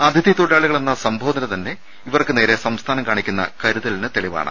അതിഥി തൊഴിലാളികളെന്ന സംബോധന തന്നെ ഇവർക്കുനേരെ സംസ്ഥാനം കാണിക്കുന്ന കരുതലിന് തെളിവാണ്